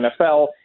NFL